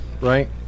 Right